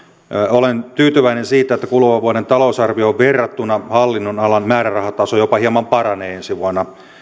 olen tyytyväinen siitä että kuluvan vuoden talousarvioon verrattuna hallinnonalan määrärahataso jopa hieman paranee ensi vuonna